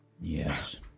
Yes